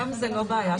שם זה לא בעיה.